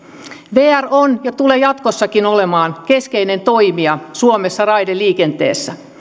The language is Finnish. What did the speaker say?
vr on ja tulee jatkossakin olemaan keskeinen toimija suomessa raideliikenteessä